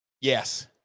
Yes